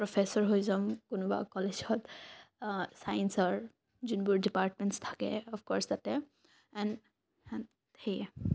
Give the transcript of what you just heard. professor হৈ যাম কোনোবা কলেজত ছায়েঞ্চৰ যোনবোৰ ডিপাৰ্টমেণ্টচ থাকে অফকৰ্চ তাতে এণ্ড সেয়া